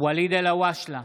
ואליד אלהואשלה,